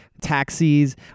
taxis